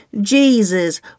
Jesus